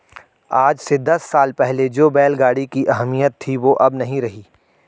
आज से दस साल पहले जो बैल गाड़ी की अहमियत थी वो अब नही रही